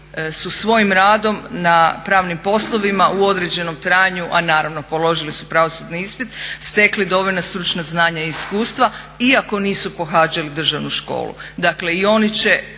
su svojim radom na pravnim poslovima u određenom trajanju, a naravno položili su pravosudni ispit stekli dovoljna stručna znanja i iskustva iako nisu pohađali državnu školu. Dakle i oni će